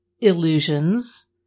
illusions